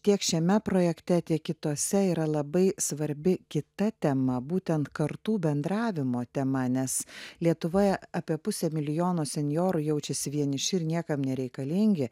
tiek šiame projekte tiek kitose yra labai svarbi kita tema būtent kartų bendravimo tema nes lietuvoje apie pusė milijono senjorų jaučiasi vieniši ir niekam nereikalingi